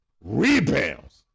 rebounds